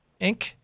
Inc